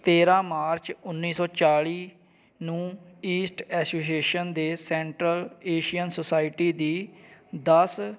ਤੇਰਾਂ ਮਾਰਚ ਉੱਨੀਂ ਸੌ ਚਾਲੀ ਨੂੰ ਈਸਟ ਐਸੋਸੀਏਸ਼ਨ ਦੇ ਸੈਂਟਰ ਏਸ਼ੀਅਨ ਸੋਸਾਇਟੀ ਦੀ ਦਸ